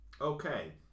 Okay